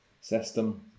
system